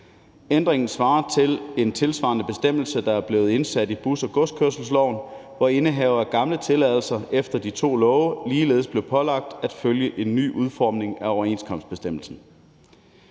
Ændringen svarer til en tilsvarende bestemmelse, der er blevet indsat i buskørselsloven og godskørselsloven, hvor indehavere af gamle tilladelser efter de to love ligeledes blev pålagt at følge en ny udformning af overenskomstbestemmelsen.